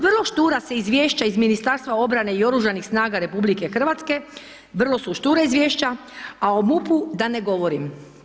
Vrlo štura se izvješća iz Ministarstva obrane i oružanih snaga RH, vrlo su štura izvješća, a o MUP-u da ne govorim.